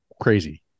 crazy